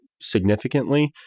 significantly